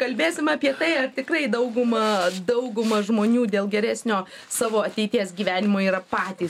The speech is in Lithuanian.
kalbėsim apie tai ar tikrai dauguma dauguma žmonių dėl geresnio savo ateities gyvenimo yra patys